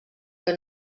que